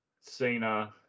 Cena